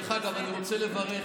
דרך אגב, אני רוצה לברך,